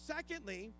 Secondly